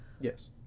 Yes